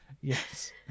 Yes